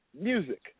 music